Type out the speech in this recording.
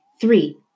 three